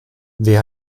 wer